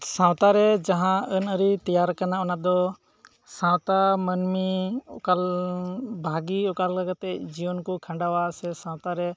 ᱥᱟᱶᱛᱟ ᱨᱮ ᱡᱟᱦᱟᱸ ᱟᱹᱱ ᱟᱹᱨᱤ ᱛᱮᱭᱟᱨ ᱟᱠᱟᱱᱟ ᱚᱱᱟ ᱫᱚ ᱥᱟᱶᱛᱟ ᱢᱟᱱᱢᱤ ᱚᱠᱟ ᱵᱷᱟᱜᱤ ᱚᱠᱟ ᱞᱮᱠᱟ ᱠᱟᱛᱮᱜ ᱡᱤᱭᱚᱱ ᱠᱚ ᱠᱷᱟᱸᱰᱟᱣᱟ ᱥᱮ ᱥᱟᱶᱛᱟᱨᱮ